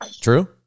True